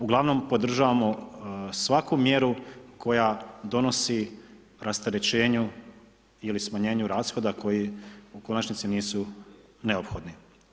Uglavnom podržavamo svaku mjeru koja donosi rasterećenju ili smanjenju rashoda koji u konačnici nisu neophodni.